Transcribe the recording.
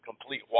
complete